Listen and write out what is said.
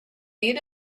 need